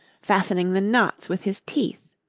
fastening the knots with his teeth.